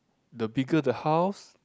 the bigger the house